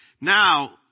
Now